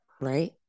Right